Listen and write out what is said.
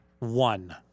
One